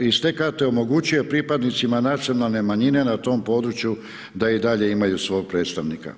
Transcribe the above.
isteka te omogućio pripadnicima nacionalne manjine na tom području, da i dalje imaju svog predstavnika.